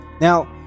Now